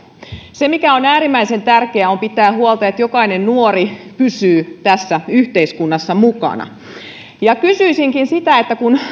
se mikä on äärimmäisen tärkeää on pitää huolta että jokainen nuori pysyy tässä yhteiskunnassa mukana kysyisinkin sitä että kun